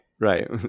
right